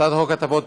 הצעת החוק התקבלה